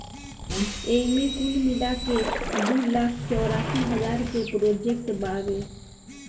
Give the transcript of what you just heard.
एईमे कुल मिलाके दू लाख चौरासी हज़ार के प्रोजेक्ट बावे